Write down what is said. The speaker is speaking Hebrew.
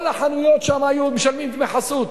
כל החנויות שם היו משלמות דמי חסות.